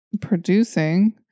producing